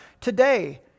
today